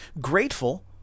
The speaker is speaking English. Grateful